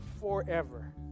forever